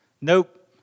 nope